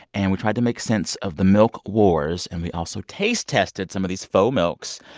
and we tried to make sense of the milk wars. and we also taste tested some of these faux milks.